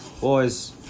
Boys